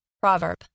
Proverb